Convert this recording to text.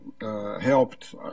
helped